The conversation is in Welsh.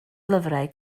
lyfrau